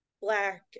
black